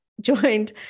joined